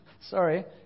Sorry